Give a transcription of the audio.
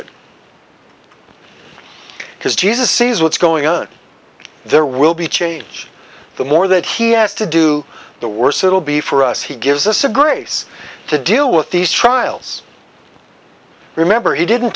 because jesus sees what's going on there will be change the more that he has to do the worse it will be for us he gives us a grace to deal with these trials remember he didn't